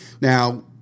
Now